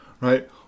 right